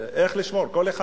איך לשמור, כל אחד.